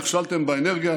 נכשלתם באנרגיה,